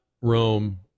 Rome